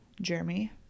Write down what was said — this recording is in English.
Jeremy